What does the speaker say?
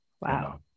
Wow